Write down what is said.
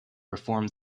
reform